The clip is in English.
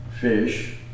fish